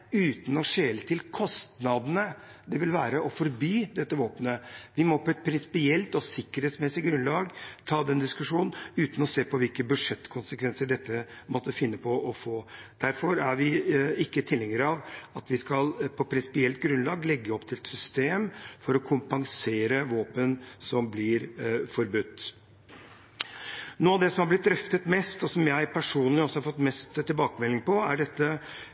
uten å skjele til kostnadene det vil være å forby dette våpenet. Vi må på et prinsipielt og sikkerhetsmessig grunnlag ta den diskusjonen uten å se på hvilke budsjettkonsekvenser dette måtte få. Derfor er vi ikke tilhengere av at vi på prinsipielt grunnlag skal legge opp til et system for å kompensere våpen som blir forbudt. Noe av det som har blitt drøftet mest, og som jeg personlig også har fått mest tilbakemeldinger på, er